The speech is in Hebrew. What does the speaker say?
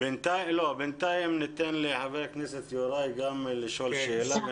בינתיים נמשיך לח"כ יוראי שגם רוצה לשאול שאלה.